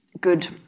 good